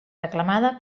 reclamada